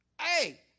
Hey